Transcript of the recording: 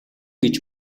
гэж